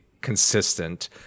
consistent